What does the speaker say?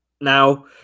Now